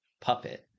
puppet